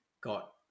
got